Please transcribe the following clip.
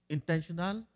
Intentional